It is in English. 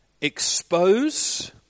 expose